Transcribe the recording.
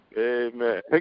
Amen